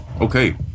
Okay